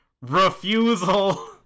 refusal